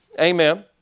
Amen